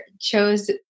chose